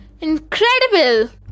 incredible